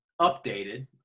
updated